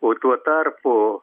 o tuo tarpu